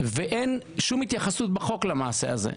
ואין שום התייחסות בחוק למעשה הזה.